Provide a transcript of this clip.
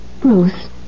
Bruce